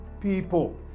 people